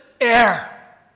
air